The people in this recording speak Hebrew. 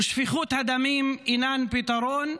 ושפיכות הדמים, אינה פתרון,